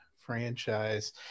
franchise